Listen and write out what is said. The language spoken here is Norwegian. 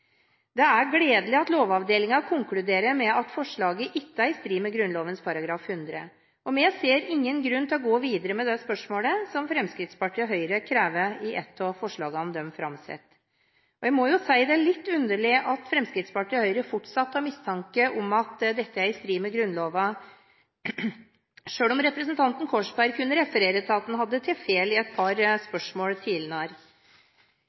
Det er gledelig at Lovavdelingen konkluderer med at forslaget ikke er i strid med Grunnloven § 100. Vi ser ingen grunn til å gå videre med det spørsmålet, som Fremskrittspartiet og Høyre krever i et av de forslagene de framsetter. Jeg må si at det er litt underlig at Fremskrittspartiet og Høyre fortsatt har mistanke om at dette er i strid med Grunnloven, selv om representanten Korsberg kunne referere til at man hadde tatt feil i et par